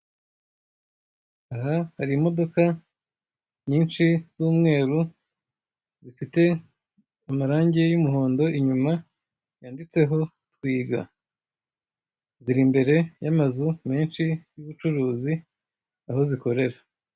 Aha hari imodoka nyinshi z'umweru zifite amarangi y'umuhondo inyuma, zanditseho Twiga. Ziri imbere y'amazu menshi y'ubucuruzi, aho zikorera.